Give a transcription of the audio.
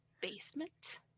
basement